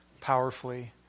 powerfully